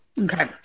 okay